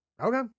okay